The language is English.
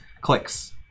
clicks